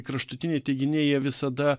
kraštutiniai teiginiai jie visada